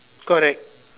correct